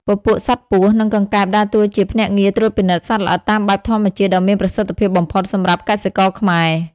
ពពួកសត្វពស់ និងកង្កែបដើរតួជាភ្នាក់ងារត្រួតពិនិត្យសត្វល្អិតតាមបែបធម្មជាតិដ៏មានប្រសិទ្ធភាពបំផុតសម្រាប់កសិករខ្មែរ។